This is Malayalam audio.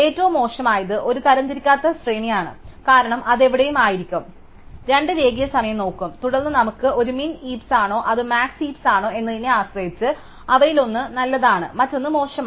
ഏറ്റവും മോശമായത് ഒരു തരംതിരിക്കാത്ത ശ്രേണിയാണ് കാരണം അത് എവിടെയും ആയിരിക്കും രണ്ടും രേഖീയ സമയം നോക്കും തുടർന്ന് നമുക്ക് ഒരു മിൻ ഹീപ്സ്സാണോ അതോ മാക്സ് ഹീപ്സ്സാണോ എന്നതിനെ ആശ്രയിച്ച് അവയിലൊന്ന് നല്ലതാണ് മറ്റൊന്ന് മോശമാണ്